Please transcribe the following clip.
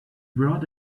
brought